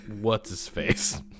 What's-his-face